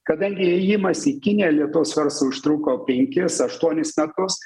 kadangi įėjimas į kiniją lietuvos verslui užtruko penkis aštuonis metus